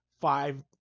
five